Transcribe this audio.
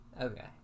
Okay